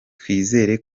twizera